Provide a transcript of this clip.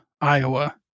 Iowa